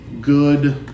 good